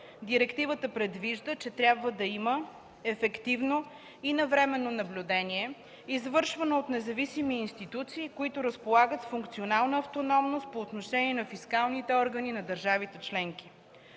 директивата предвижда, че трябва да има ефективно и навременно наблюдение, извършвано от независими институции, които разполагат с функционална автономност по отношение на фискалните органи на държавите членки.